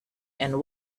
and